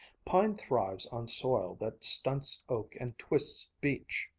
pine thrives on soil that stunts oak and twists beech.